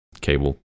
cable